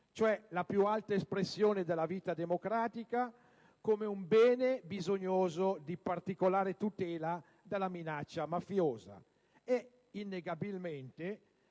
cioè la più alta espressione della vita democratica, come un bene bisognoso di particolare tutela dalla minaccia mafiosa. E, innegabilmente,